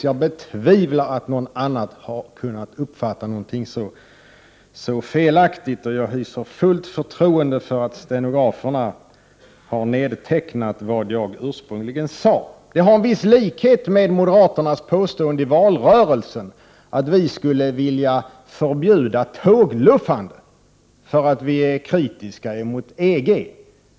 Jag betvivlar att någon annan har kunnat uppfatta någonting så felaktigt, och jag hyser fullt förtroende för att stenograferna har nedtecknat vad jag ursprungligen sade. Det här har en viss likhet med moderaternas påstående i valrörelsen, att vi skulle vilja förbjuda tågluffande för att vi är kritiska mot EG.